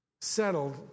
settled